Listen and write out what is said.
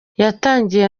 yatangiye